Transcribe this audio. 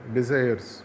Desires